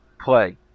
play